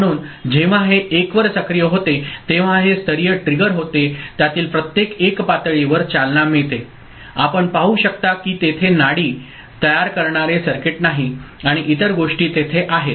म्हणून जेव्हा हे 1 वर सक्रिय होते तेव्हा हे स्तरीय ट्रिगर होते त्यातील प्रत्येक 1 पातळीवर चालना मिळते आपण पाहू शकता की तेथे नाडी पल्स तयार करणारे सर्किट नाही आणि इतर गोष्टी तेथे आहेत